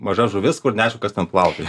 mažas žuvis kur neaišku kas ten plaukioja